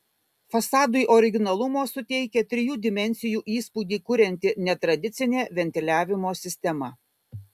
fasadui originalumo suteikia trijų dimensijų įspūdį kurianti netradicinė ventiliavimo sistema